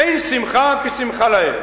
אין שמחה כשמחה לאיד.